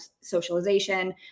socialization